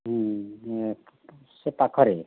ସେ ପାଖରେ